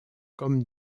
comme